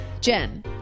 Jen